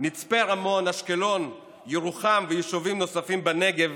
מצפה רמון, אשקלון, ירוחם ויישובים נוספים בנגב